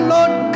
Lord